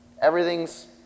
Everything's